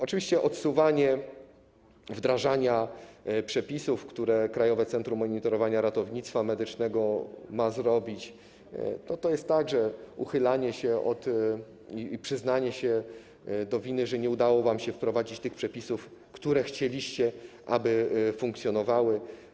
Odsuwanie wdrażania przepisów, które Krajowe Centrum Monitorowania Ratownictwa Medycznego ma zrealizować, to jest także uchylanie się i przyznanie się do winy, że nie udało się wam wprowadzić tych przepisów, co do których chcieliście, aby funkcjonowały.